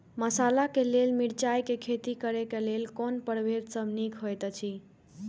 मसाला के लेल मिरचाई के खेती करे क लेल कोन परभेद सब निक होयत अछि?